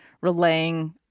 relaying